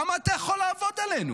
כמה אתה יכול לעבוד עלינו?